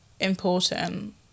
important